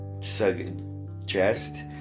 suggest